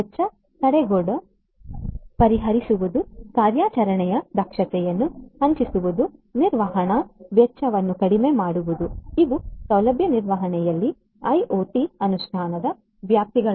ವೆಚ್ಚ ತಡೆಗೋಡೆ ಪರಿಹರಿಸುವುದು ಕಾರ್ಯಾಚರಣೆಯ ದಕ್ಷತೆಯನ್ನು ಹೆಚ್ಚಿಸುವುದು ನಿರ್ವಹಣಾ ವೆಚ್ಚವನ್ನು ಕಡಿಮೆ ಮಾಡುವುದು ಇವು ಸೌಲಭ್ಯ ನಿರ್ವಹಣೆಯಲ್ಲಿ ಐಒಟಿ ಅನುಷ್ಠಾನದ ವ್ಯಾಪ್ತಿಗಳು